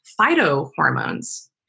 phytohormones